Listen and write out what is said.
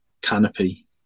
canopy